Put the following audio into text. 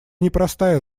непростая